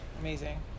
amazing